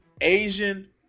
asian